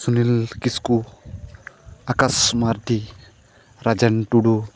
Sunil Kisku Akash Mardi Rajen Tudu